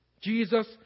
Jesus